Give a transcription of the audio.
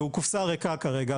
והוא קופסה ריקה כרגע,